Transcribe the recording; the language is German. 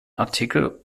artikel